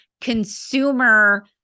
consumer